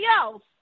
else